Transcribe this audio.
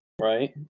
Right